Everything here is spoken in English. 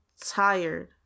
tired